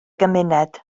gymuned